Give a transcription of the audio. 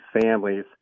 families